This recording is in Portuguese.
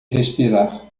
respirar